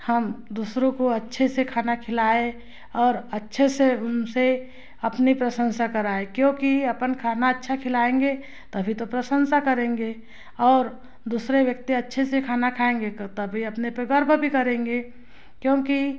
हम दूसरों को अच्छे से खाना खिलाए और अच्छे से उनसे अपनी प्रशंसा कराए क्योंकि अपन खाना अच्छा खिलाएंगे तभी तो प्रशंसा करेंगे और दूसरे व्यक्ति अच्छे से खाना खाएंगे क तभी अपने पे गर्व करेंगे क्योंकि